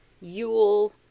Yule